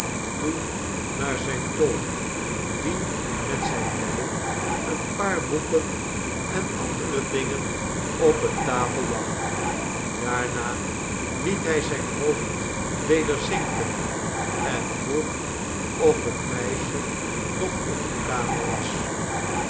toen naar zijn tol die met zijne lei een paar boeken en andere dingen op eene tafel lag daarna liet hij zijn hoofd weder zinken en vroeg of het meisje nog in de kamer be